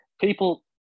people